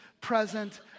present